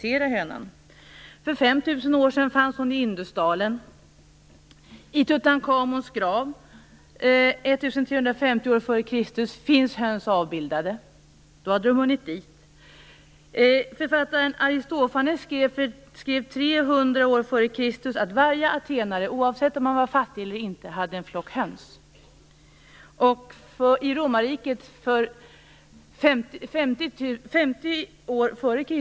För 5 000 år sedan fanns hon i Indusdalen. I Tutankhamons grav, 1 350 år f.Kr., finns höns avbildade. Då hade de hunnit dit. Författaren Aristofanes skrev 300 år f.Kr att varje atenare, oavsett om han var fattig eller inte, hade en flock höns. I Romarriket 50 år f.Kr.